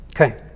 Okay